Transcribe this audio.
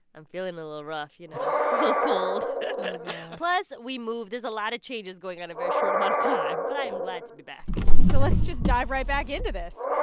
i'm feeling a little rough you know, a little cold plus, we moved. there's a lot of changes going on in a very short amount of time. but i am glad to be back so let's just dive right back into this.